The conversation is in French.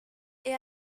est